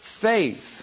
faith